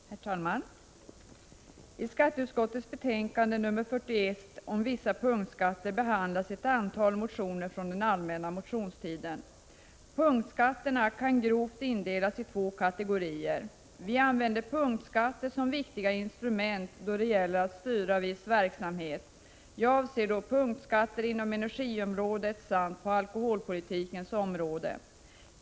Herr talman! I skatteutskottets betänkande nr 41 om vissa punktskatter behandlas ett antal motioner från den allmänna motionstiden. Punktskatterna kan grovt indelas i två kategorier. Vi använder punktskatter som viktiga instrument då det gäller att styra viss verksamhet. Jag avser då punktskatter inom energiområdet samt på alkoholpolitikens område.